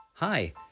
Hi